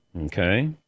Okay